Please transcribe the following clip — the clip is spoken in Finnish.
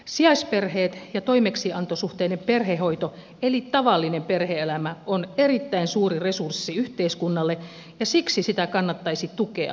sijaisperheet ja toimeksiantosuhteinen perhehoito eli tavallinen perhe elämä ovat erittäin suuri resurssi yhteiskunnalle ja siksi niitä kannattaisi tukea